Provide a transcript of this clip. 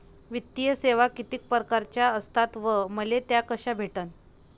वित्तीय सेवा कितीक परकारच्या असतात व मले त्या कशा भेटन?